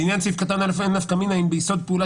לעניין סעיף קטן (א) --- נפקא מינה אם ביסוד פעולה